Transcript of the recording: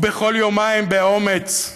ובכל יומיים, באומץ,